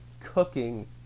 cooking